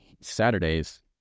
Saturday's